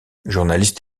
journaliste